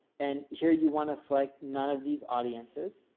and here you want to select none of these audiences.